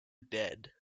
dead